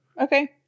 Okay